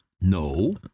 No